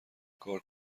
کار